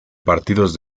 partidos